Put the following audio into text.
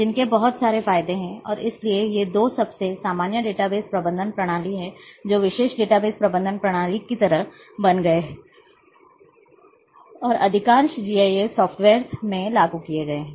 जिनके बहुत सारे फायदे हैं और इसलिए ये दो सबसे सामान्य डेटाबेस प्रबंधन प्रणाली हैं जो विशेष डेटाबेस प्रबंधन प्रणाली की तरह बन गए हैं और अधिकांश जीआईएस सॉफ्टवेयर्स में लागू किए गए हैं